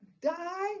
die